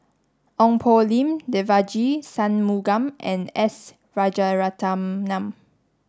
Ong Poh Lim Devagi Sanmugam and S Rajaratnam